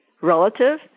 relative